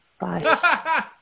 Bye